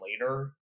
later